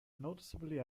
noticeably